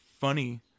funny